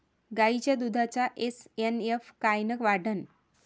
गायीच्या दुधाचा एस.एन.एफ कायनं वाढन?